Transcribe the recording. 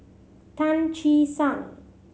Tan Che Sang